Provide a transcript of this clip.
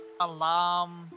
alarm